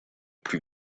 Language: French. plus